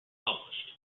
published